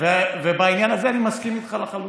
בעניין הזה אני מסכים איתך לחלוטין.